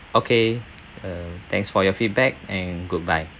okay uh thanks for your feedback and goodbye